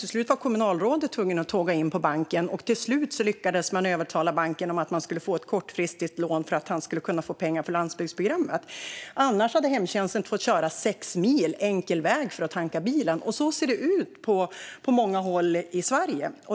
Till slut var kommunalrådet tvungen att tåga in på banken, och så småningom lyckades man övertala banken om att man skulle få ett kortfristigt lån för att få pengar till landsbygdsprogrammet. Annars hade hemtjänsten fått köra sex mil enkel resa för att tanka bilen. Så ser det ut på många håll i Sverige.